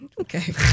Okay